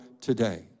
today